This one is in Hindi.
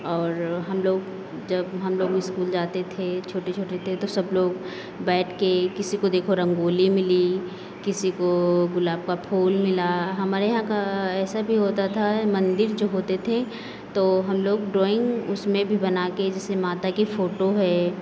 और हम लोग जब हम लोग इस्कूल जाते थे छोटे छोटे थे तो सब लोग बैठ के किसी को देखो रंगोली मिली किसी को गुलाब का फूल मिला हमरे यहाँ का ऐसा भी होता था मंदिर जो होते थे तो हम लोग ड्राइंग उसमें भी बना के जैसे माता की फोटो है